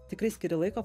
tikri skiri laiko